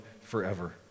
forever